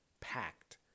packed